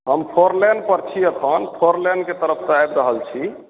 हम four lane पर छी अखन फोर लेनके तरफ से आबि रहल छी